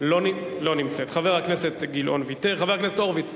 לא נמצאת, חבר הכנסת גילאון, ויתר.